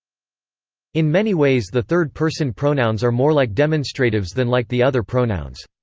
in many ways the third-person pronouns are more like demonstratives than like the other pronouns.